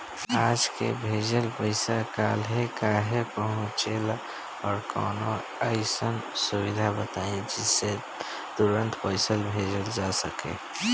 आज के भेजल पैसा कालहे काहे पहुचेला और कौनों अइसन सुविधा बताई जेसे तुरंते पैसा भेजल जा सके?